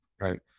Right